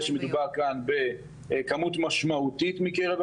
שמדובר כאן בכמות משמעותית מקרב הזכאים,